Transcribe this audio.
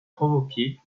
provoquer